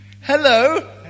Hello